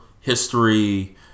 history